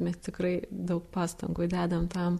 mes tikrai daug pastangų dedam tam